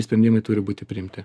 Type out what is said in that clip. sprendimai turi būti priimti